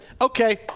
okay